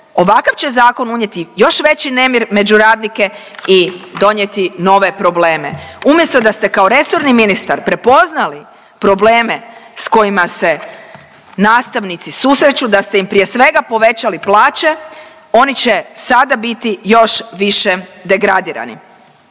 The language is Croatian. ovakav će zakon unijeti još veći nemir među radnike i donijeti nove probleme. Umjesto da ste kao resorni ministar prepoznali probleme s kojima se nastavnici susreću, da ste im prije svega povećali plaće oni će sada biti još više degradirani.